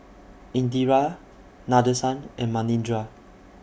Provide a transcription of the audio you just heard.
Indira Nadesan and Manindra